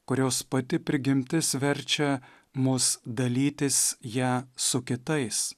kurios pati prigimtis verčia mus dalytis ją su kitais